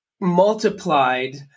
multiplied